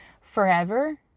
forever